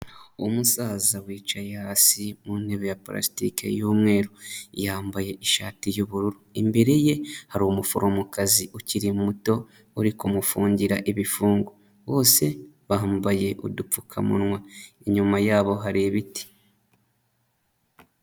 Umusaza wicaye hasi mu ntebe ya pulasitiki y'umweru, yambaye ishati y'ubururu, imbere ye hari umuforomokazi ukiri muto uri kumufungira ibifungo, bose bambaye udupfukamunwa, inyuma yabo hari ibiti.